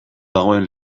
dagoen